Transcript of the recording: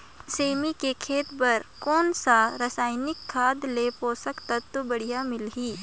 सेमी के खेती बार कोन सा रसायनिक खाद ले पोषक तत्व बढ़िया मिलही?